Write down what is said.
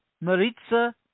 Maritza